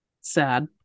sad